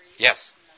Yes